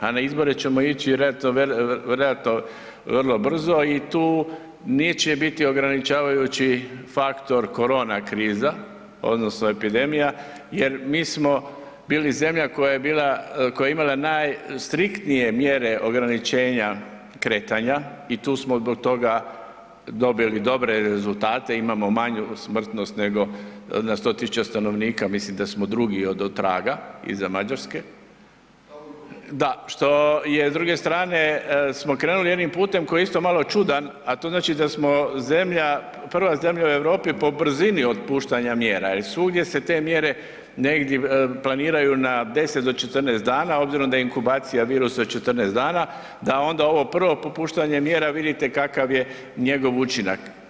A na izbore ćemo ići vjerojatno vrlo brzo i tu neće biti ograničavajući faktor korona kriza odnosno epidemija jer mi smo bili zemlja koja je imala najstriktnije mjere ograničenja kretanja i tu smo zbog toga dobili dobre rezultate, imamo manju smrtnost na 100 000 stanovnika, mislim da smo drugi odostraga, iza Mađarske, da, što je s druge strane smo krenuli jednim putem koji je isto malo čudan a to znači da smo zemlja, prva zemlja u Europi po brzini otpuštanja mjera jer svugdje se te mjere negdje planiraju na 10 do 14 dana obzirom da je inkubacija virusa od 14 dana, da onda ovo prvo popuštanje mjera vidite kakav je njegov učinak.